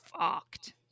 fucked